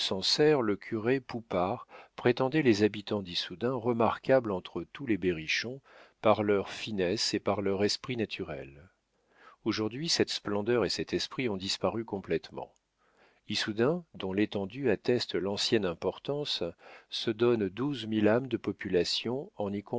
le curé poupart prétendait les habitants d'issoudun remarquables entre tous les berrichons par leur finesse et par leur esprit naturel aujourd'hui cette splendeur et cet esprit ont disparu complétement issoudun dont l'étendue atteste l'ancienne importance se donne douze mille âmes de population